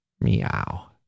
Meow